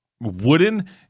Wooden